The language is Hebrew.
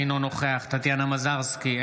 אינו נוכח טטיאנה מזרסקי,